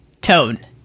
tone